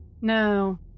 No